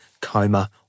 coma